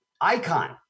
icon